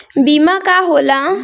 बीमा का होला?